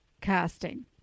casting